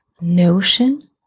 notion